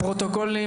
אלה המורים.